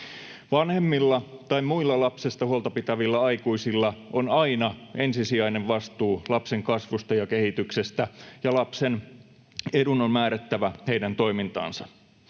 Vanhemmilla tai muilla lapsesta huolta pitävillä aikuisilla on aina ensisijainen vastuu lapsen kasvusta ja kehityksestä, ja lapsen edun on määrättävä heidän toimintaansa.